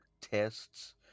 tests